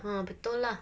ha betul lah